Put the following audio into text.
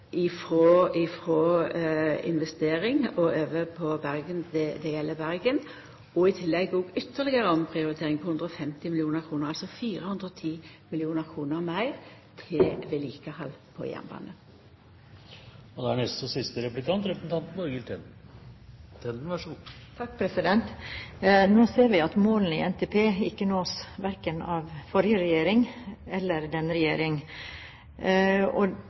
omprioritering, frå investering og til det som gjeld Bergen, og, i tillegg, ytterlegare ei omprioritering, på 150 mill. kr – altså 410 mill. kr meir til vedlikehald på jernbanen. Nå ser vi at målene i NTP ikke nås, verken av den forrige regjeringen eller denne